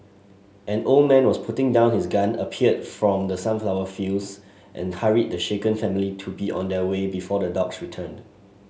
an old man was putting down his gun appeared from the sunflower fields and hurried the shaken family to be on their way before the dogs return